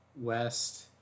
West